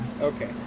Okay